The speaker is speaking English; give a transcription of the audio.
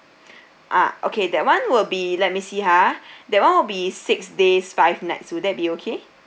ah okay that [one] will be let me see ha that [one] will be six days five nights would that be okay